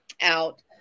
out